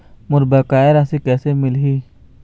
मोर बकाया राशि कैसे मिलही?